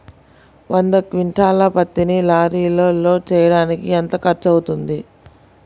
వంద క్వింటాళ్ల పత్తిని లారీలో లోడ్ చేయడానికి ఎంత ఖర్చవుతుంది?